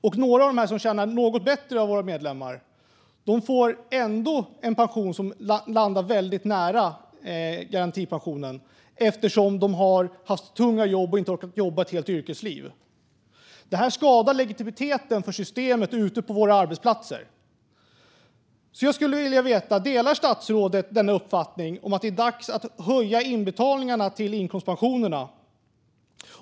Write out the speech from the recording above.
Några av våra medlemmar som tjänar något bättre får ändå en pension som landar väldigt nära garantipensionen eftersom de haft tunga jobb och inte orkat jobba ett helt yrkesliv. Det här skadar legitimiteten för systemet ute på våra arbetsplatser. Jag skulle vilja veta om statsrådet delar uppfattningen att det är dags att höja inbetalningarna till inkomstpensionerna.